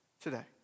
today